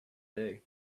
day